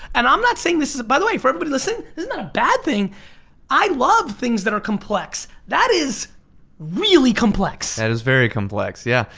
and i'm not saying this is, by the way, for everybody listening, this is not a bad thing i love things that are complex. that is really complex. that is very complex, yeah.